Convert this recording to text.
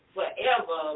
Forever